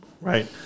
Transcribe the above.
right